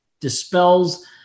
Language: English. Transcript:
dispels